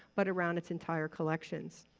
but around its entire collections.